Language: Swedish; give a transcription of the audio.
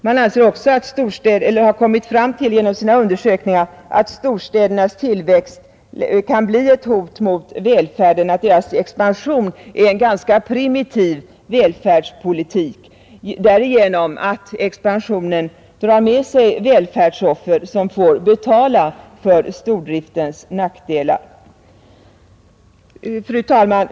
Man har genom sina undersökningar kommit fram till att storstädernas tillväxt kan bli ett hot mot välfärden, att deras expansion är en ganska primitiv välfärdspolitik genom att expansionen drar med sig välfärdsoffer som får betala för stordriftens nackdelar. Fru talman!